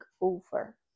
over